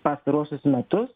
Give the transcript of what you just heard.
pastaruosius metus